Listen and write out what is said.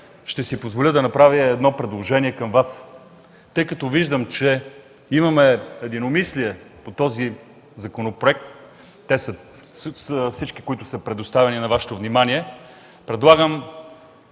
ще си позволя да направя едно предложение. Обръщам се към Вас, тъй като виждам, че имаме единомислие по тези законопроекти, те са предоставени на Вашето внимание, предлагам